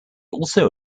also